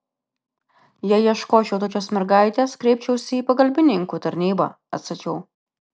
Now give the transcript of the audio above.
jei ieškočiau tokios mergaitės kreipčiausi į pagalbininkų tarnybą atsakiau